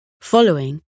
following